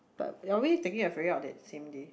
but are we taking a ferry out that same day